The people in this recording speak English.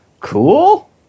cool